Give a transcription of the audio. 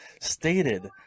stated